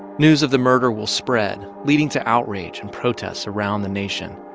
news of the murder will spread, leading to outrage and protests around the nation.